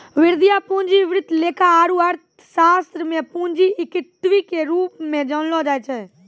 वित्तीय पूंजी वित्त लेखा आरू अर्थशास्त्र मे पूंजी इक्विटी के रूप मे जानलो जाय छै